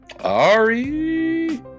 Ari